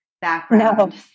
background